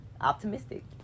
Optimistic